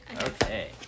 Okay